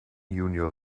junior